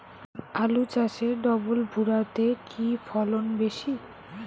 আলু চাষে ডবল ভুরা তে কি ফলন বেশি?